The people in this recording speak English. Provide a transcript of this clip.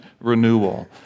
renewal